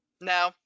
No